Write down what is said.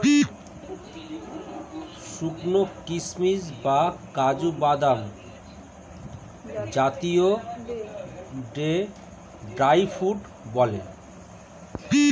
শুকানো কিশমিশ বা কাজু বাদাম জাতীয়দের ড্রাই ফ্রুট বলে